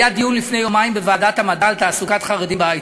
היה דיון לפני יומיים בוועדת המדע על תעסוקת חרדים בהיי-טק,